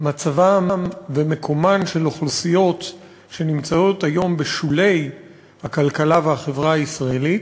מצבן ומקומן של אוכלוסיות שנמצאות היום בשולי הכלכלה והחברה הישראלית,